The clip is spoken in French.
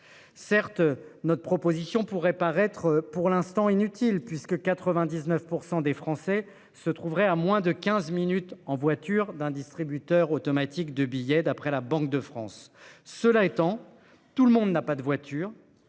Certes, notre proposition pourrait paraître pour l'instant inutile puisque 99% des Français se trouverait à moins de 15 minutes en voiture d'un distributeur automatique de billets, d'après la Banque de France. Cela étant, tout le monde n'a pas de voiture,